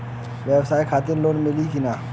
ब्यवसाय खातिर लोन मिली कि ना?